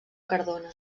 cardona